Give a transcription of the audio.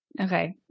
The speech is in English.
Okay